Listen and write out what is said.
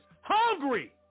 Hungry